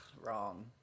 Wrong